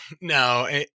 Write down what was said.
no